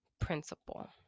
principle